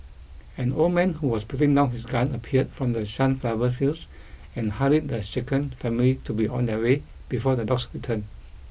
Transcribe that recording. an old man who was putting down his gun appeared from the sunflower fields and hurried the shaken family to be on their way before the dogs return